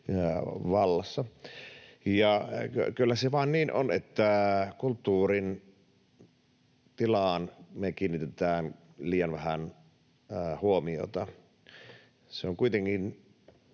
vallassa. Ja kyllä se vain niin on, että kulttuurin tilaan me kiinnitetään liian vähän huomiota. Se on kuitenkin